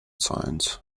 science